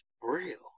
real